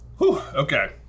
okay